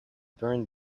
burned